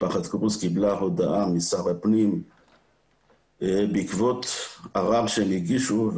משפחת קרוז קיבלה הודעה משר הפנים בעקבות ערער שהם הגישו,